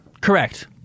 Correct